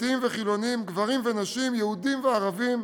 דתיים וחילונים, גברים ונשים, יהודים וערבים,